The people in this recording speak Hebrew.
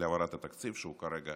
להעברת התקציב, שהוא כרגע